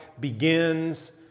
begins